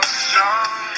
strong